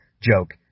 joke